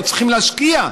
לא צריכים להשקיע,